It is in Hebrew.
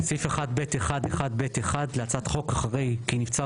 סעיף 1(ב1)(1)(ב)(1) להצעת החוק אחרי 'כי נבצר